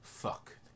Fuck